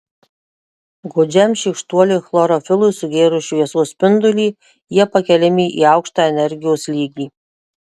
godžiam šykštuoliui chlorofilui sugėrus šviesos spindulį jie pakeliami į aukštą energijos lygį